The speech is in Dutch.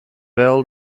wel